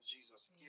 Jesus